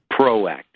proactive